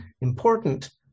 important